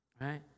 Right